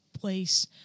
place